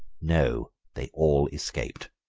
no, they all escaped.